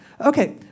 okay